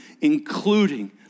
including